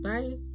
Bye